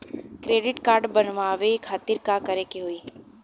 Credit card बनवावे खातिर का करे के होई?